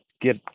get